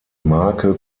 marke